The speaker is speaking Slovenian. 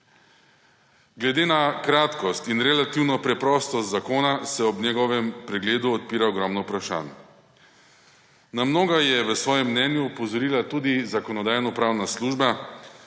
Glede na kratkost in relativno preprostost zakona se ob njegovem pregledu odpira ogromno vprašanj. Na mnoga je v svojem mnenju opozorila tudi Zakonodajno-pravna služba.